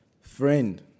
Friend